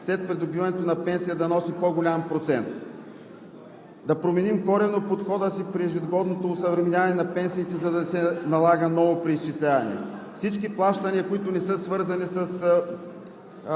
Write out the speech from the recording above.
след придобиването на пенсия да носи по-голям процент; да променим коренно подхода си при ежегодното осъвременяване на пенсиите, за да не се налага ново преизчисляване; всички плащания, които не са свързани с